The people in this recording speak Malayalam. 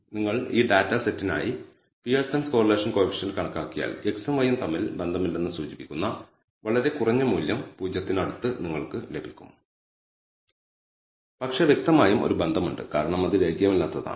നിങ്ങൾ ഈ ഡാറ്റാ സെറ്റിനായി പിയേഴ്സൺ കോറിലേഷൻ കോയിഫിഷ്യന്റ് കണക്കാക്കിയാൽ x ഉം y ഉം തമ്മിൽ ബന്ധമില്ലെന്ന് സൂചിപ്പിക്കുന്ന വളരെ കുറഞ്ഞ മൂല്യം 0 ന് അടുത്ത് നിങ്ങൾക്ക് ലഭിക്കും പക്ഷേ വ്യക്തമായും ഒരു ബന്ധമുണ്ട് കാരണം അത് രേഖീയമല്ലാത്തതാണ്